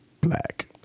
Black